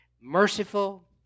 merciful